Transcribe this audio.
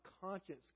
conscience